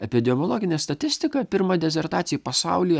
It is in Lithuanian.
epidemiologinė statistika pirma dezertacija pasaulyje